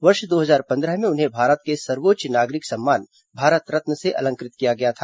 वर्ष दो हजार पंद्रह में उन्हें भारत के सर्वोच्च नागरिक सम्मान भारत रत्न से अलंकृत किया गया था